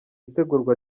itegurwa